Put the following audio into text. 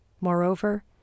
Moreover